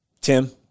Tim